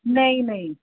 नहीं नहीं